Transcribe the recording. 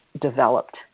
developed